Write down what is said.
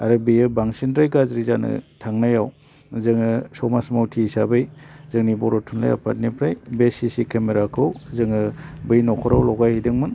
आरो बेयो बांसिननिफ्राय गाज्रि जानो थांनायाव जोङो समाज मावथि हिसाबै जोंनि बर' थुनलाइ आफादनिफ्राइ बे सि सि केमेराखौ जोङो बै न'खराव लगायहैदोंमोन